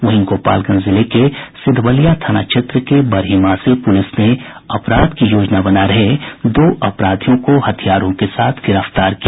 वहीं गोपालगंज जिले के सिधवलिया थाना क्षेत्र के बरहिमा से पुलिस ने अपराध की योजना बना रहे दो अपराधियों को हथियारों के साथ गिरफ्तार किया